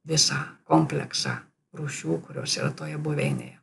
visą kompleksą rūšių kurios yra toje buveinėje